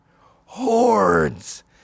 Hordes